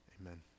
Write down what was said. Amen